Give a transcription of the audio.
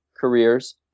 careers